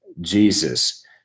Jesus